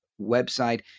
website